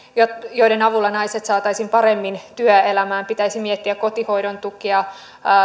joiden avulla naiset saataisiin paremmin työelämään pitäisi miettiä kotihoidon tukea ja